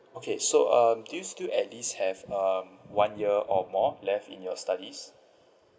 okay so um do you still at least have um one year or more left in your studies